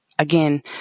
Again